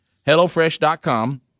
HelloFresh.com